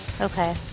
okay